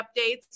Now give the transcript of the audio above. updates